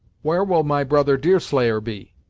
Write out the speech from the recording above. where will my brother deerslayer be?